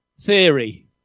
theory